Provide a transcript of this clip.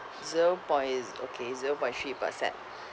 zero point z~ okay zero point three percent